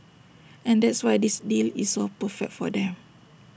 and that's why this deal is so perfect for them